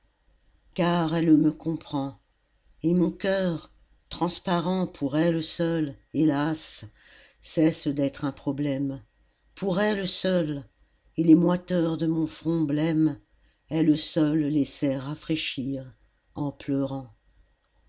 car elle me comprend et mon coeur transparent pour elle seule hélas cesse d'être un problème pour elle seule et les moiteurs de mon front blême elle seule les sait rafraîchir en pleurant